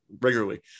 regularly